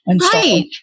Right